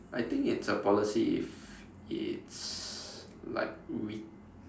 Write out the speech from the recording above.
I think it's a policy if it's like we